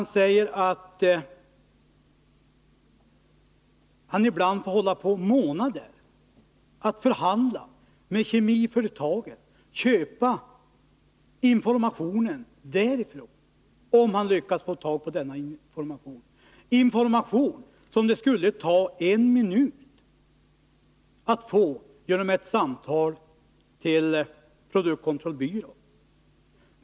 Han säger att han ibland får hålla på i månader att förhandla med kemiföretagen och köpa informationen därifrån, om han skall lyckas få tag på denna information — information som det skulle ta en minut att få genom ett samtal till produktkontrollbyrån.